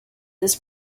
this